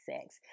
sex